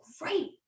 great